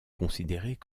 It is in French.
considérés